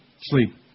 Sleep